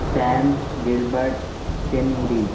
sam gilbert cindy